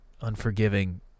Unforgiving